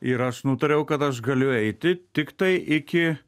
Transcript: ir aš nutariau kad aš galiu eiti tiktai iki